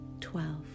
twelve